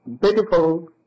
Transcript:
beautiful